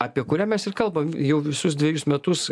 apie kurią mes ir kalbam jau visus dvejus metus